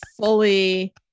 fully